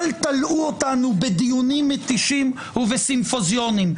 אל תלאו אותנו בדיונים מתישים ובסימפוזיונים.